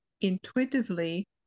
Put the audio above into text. intuitively